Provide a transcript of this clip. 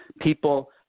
People